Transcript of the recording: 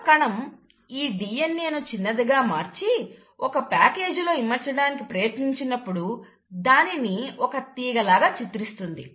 ఒక కణం ఈ DNAను చిన్నదిగా మార్చి ఒక ప్యాకేజీలో ఇమడచ్చడానికి ప్రయత్నించినప్పుడు దానిని ఒక తీగలాగ చిత్రిస్తుంది